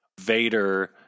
Vader